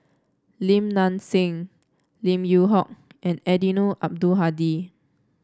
Lim Nang Seng Lim Yew Hock and Eddino Abdul Hadi